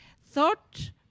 thought